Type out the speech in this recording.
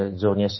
giorni